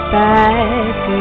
back